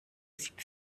sieht